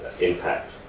impact